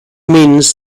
means